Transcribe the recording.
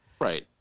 Right